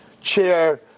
chair